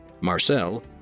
Marcel